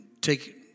take